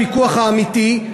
פיקוח אמיתי,